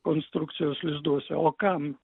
konstrukcijos lizduose o kam